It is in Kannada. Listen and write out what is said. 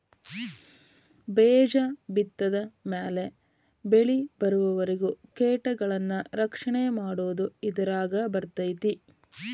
ಬೇಜ ಬಿತ್ತಿದ ಮ್ಯಾಲ ಬೆಳಿಬರುವರಿಗೂ ಕೇಟಗಳನ್ನಾ ರಕ್ಷಣೆ ಮಾಡುದು ಇದರಾಗ ಬರ್ತೈತಿ